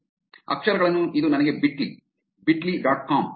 ಅಕ್ಷರಗಳನ್ನು ಇದು ನನಗೆ bitly bitly dot com bitly